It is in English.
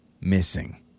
missing